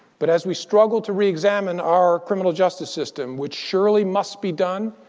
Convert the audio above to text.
but as we struggle to re-examine our criminal justice system, which surely must be done,